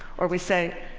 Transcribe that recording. or we say,